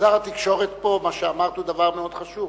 שר התקשורת נמצא פה, מה שאמרת הוא דבר מאוד חשוב.